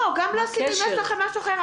לא, גם אם יש לכם משהו אחר.